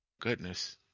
Goodness